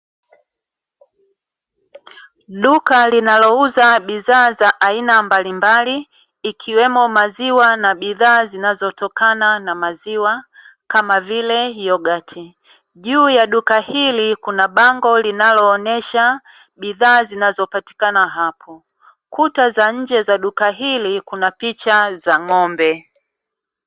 Duka linalouza bidhaa za aina mbalimbali ikiwemo maziwa na bidhaa zinazotokana na maziwa kama vile yogati. Juu ya duka hili kuna bango linaloonyesha bidhaa zinazopatikana hapo. Kuta za nje za duka hili kuna picha za ng'ombe.